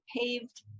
paved